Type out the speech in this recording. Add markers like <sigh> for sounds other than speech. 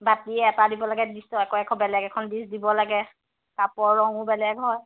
বাতি এটা দিব লাগে ডিছ একৌ <unintelligible> বেলেগ এখন ডিছ দিব লাগে কাপোৰ ৰঙো বেলেগ হয়